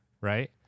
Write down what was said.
right